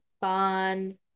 fun